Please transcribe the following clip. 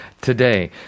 today